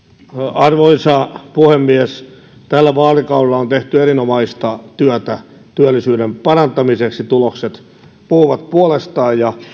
arvoisa puhemies tällä vaalikaudella on tehty erinomaista työtä työllisyyden parantamiseksi tulokset puhuvat puolestaan